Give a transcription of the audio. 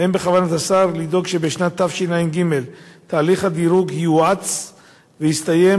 האם בכוונת השר לדאוג שבשנת תשע"ג יואץ תהליך